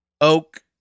oak